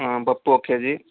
పప్పు ఒక కేజీ